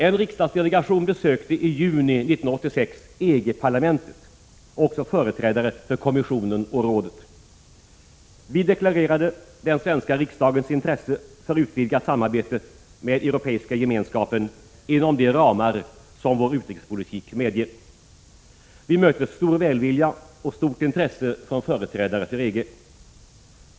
En riksdagsdelegation besökte i juni 1986 EG-parlamentet liksom företrädare för kommissionen och rådet. Vi deklarerade den svenska riksdagens intresse för utvidgat samarbete med Europeiska gemenskapen inom de ramar som vår neutralitetspolitik medger. Vi mötte stor välvilja och stort intresse från företrädare för EG.